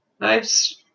Nice